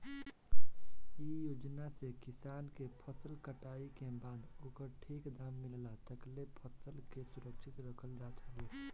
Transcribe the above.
इ योजना से किसान के फसल कटाई के बाद ओकर ठीक दाम मिलला तकले फसल के सुरक्षित रखल जात हवे